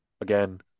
again